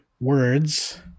words